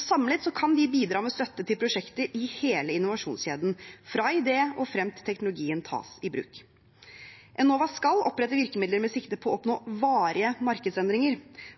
Samlet kan de bidra med støtte til prosjekter i hele innovasjonskjeden fra idé og frem til teknologien tas i bruk. Enova skal opprette virkemidler med sikte på å oppnå varige markedsendringer.